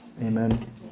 Amen